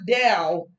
down